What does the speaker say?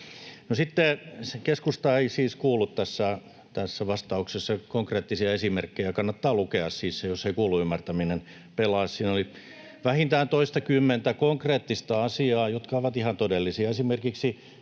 keskusta ei siis kuullut tässä vastauksessa konkreettisia esimerkkejä. Kannattaa lukea se, jos ei kuullun ymmärtäminen pelaa. Siinä oli vähintään toistakymmentä konkreettista asiaa, jotka ovat ihan todellisia.